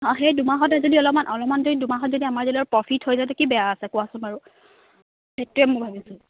অঁ সেই দুমাহতে যদি অলপমান অলপমান যদি দুমাহত যদি আমাৰ ধৰি লয় প্ৰফিট হয় যায় তে কি বেয়া আছে কোৱাচোন বাৰু সেইটোৱে মই ভাবিছোঁ